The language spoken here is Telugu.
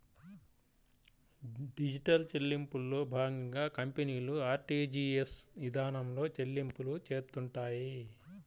డిజిటల్ చెల్లింపుల్లో భాగంగా కంపెనీలు ఆర్టీజీయస్ ఇదానంలో చెల్లింపులు చేత్తుంటాయి